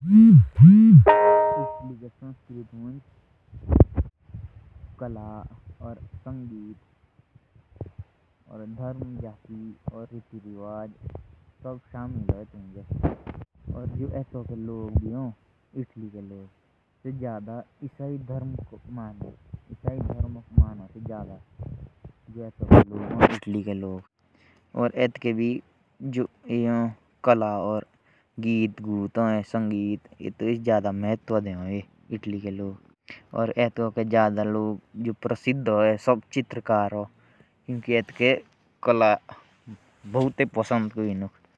फ्रांस में ज़ादा इसाई धर्म को मानते हैं। और यहाँ के लोग चित्रकार हैं यहाँ कला बहुत पसंद है।